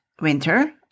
winter